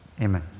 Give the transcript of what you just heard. amen